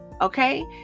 okay